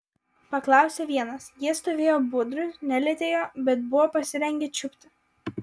paklausė vienas jie stovėjo budrūs nelietė jo bet buvo pasirengę čiupti